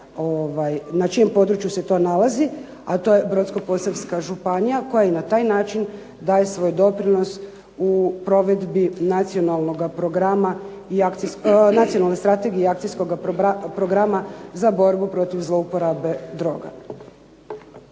na čijem području se to nalazi, a to je Brodsko-posavska županija koja i na taj način daje svoj doprinos u provedbi Nacionalnoga programa, Nacionalne strategije i akcijskoga Programa za borbu protiv zlouporabe drogama.